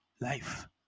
Life